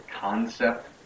concept